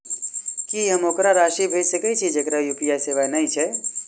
की हम ओकरा राशि भेजि सकै छी जकरा यु.पी.आई सेवा नै छै?